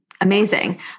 Amazing